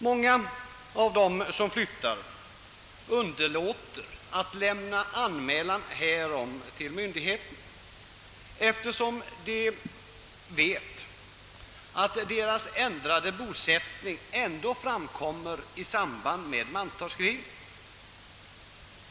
Många av dem som flyttar underlåter att lämna flyttningsanmälan, eftersom de vet att flyttningen ändå framgår i samband med mantalsskrivningen.